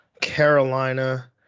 carolina